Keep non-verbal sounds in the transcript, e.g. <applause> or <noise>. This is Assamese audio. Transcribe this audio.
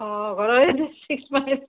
অঁ <unintelligible> চিক্স মাইল